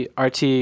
RT